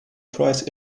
price